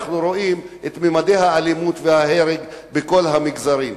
אנחנו רואים את ממדי האלימות וההרג בכל המגזרים.